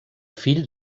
fill